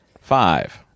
five